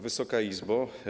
Wysoka Izbo!